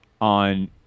on